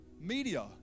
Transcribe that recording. media